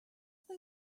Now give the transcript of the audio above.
they